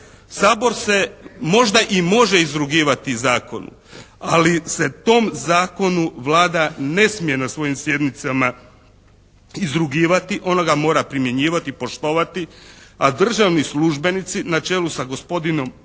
Sabor se možda i može izrugivati zakonu, ali se tom zakonu Vlada ne smije na svojim sjednicama izrugivati. Ona ga mora primjenjivati i poštovati, a državni službenici na čelu sa gospodinom